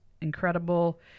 incredible